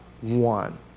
one